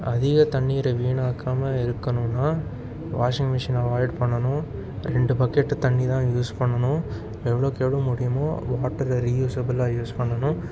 அதிக தண்ணீரை வீணாக்காமல் இருக்கணும்னா வாஷிங்மிஷினை அவாய்ட் பண்ணணும் ரெண்டு பாக்கெட்டு தண்ணி தான் யூஸ் பண்ணணும் எவ்வளோக்கு எவ்வளோ முடியுமோ அவ்வளோ வாட்டரை ரீயூஸபுல்லாக யூஸ் பண்ணணும்